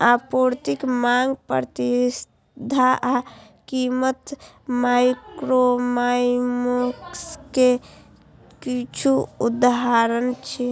आपूर्ति, मांग, प्रतिस्पर्धा आ कीमत माइक्रोइकोनोमिक्स के किछु उदाहरण छियै